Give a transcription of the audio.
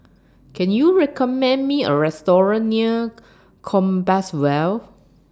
Can YOU recommend Me A Restaurant near Compassvale